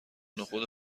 نخود